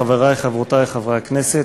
חברי וחברותי חברי הכנסת,